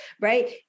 right